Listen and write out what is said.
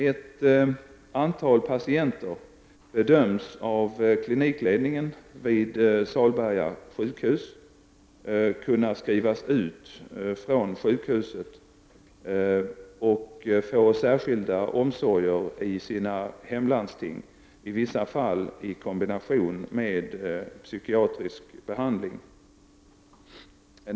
Ett antal patienter bedöms av klinikledningen vid Salberga sjukhus kunna skrivas ut från sjukhuset och få särskilda omsorger i sina hemlandsting, i vissa fall i kombination med psykiatrisk behandling.